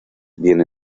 viene